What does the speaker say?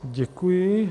Děkuji.